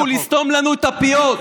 תפסיקו לסתום לנו את הפיות.